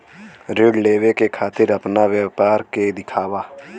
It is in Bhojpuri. ऋण लेवे के खातिर अपना व्यापार के दिखावा?